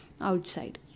outside